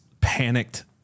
panicked